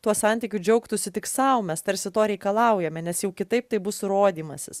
tuo santykiu džiaugtųsi tik sau mes tarsi to reikalaujame nes jau kitaip tai bus rodymasis